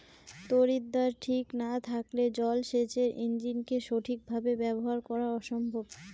তড়িৎদ্বার ঠিক না থাকলে জল সেচের ইণ্জিনকে সঠিক ভাবে ব্যবহার করা অসম্ভব